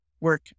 work